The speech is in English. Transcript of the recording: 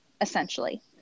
essentially